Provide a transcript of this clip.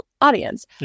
audience